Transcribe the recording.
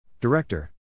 Director